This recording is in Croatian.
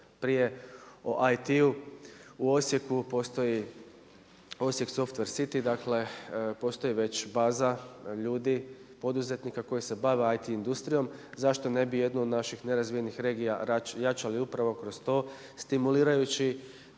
prije o IT. U Osijeku postoji Osijek Softver City dakle postoji već baza ljudi poduzetnika koji se bave IT industrijom. Zašto ne bi jednu od naših nerazvijenih regija jačali upravo kroz to stimulirajući